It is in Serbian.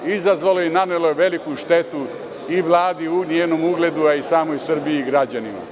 Izazvalo je i nanelo veliku štetu i Vladi i njenom ugledu, a i samoj Srbiji i građanima.